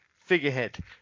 figurehead